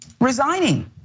resigning